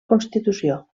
constitució